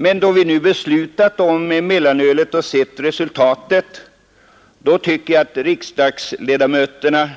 Men när vi nu sett resultatet av vårt tidigare beslut om mellanölet, bör vi riksdagsledamöter